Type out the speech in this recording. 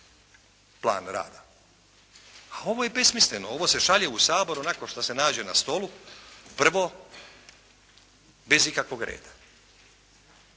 plan rada. A ovo je besmisleno, ovo se šalje u Sabor onako što se nađe na stolu, prvo, bez ikakvog reda.